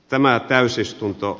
tämä täysistuntoa